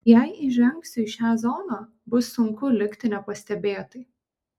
jei įžengsiu į šią zoną bus sunku likti nepastebėtai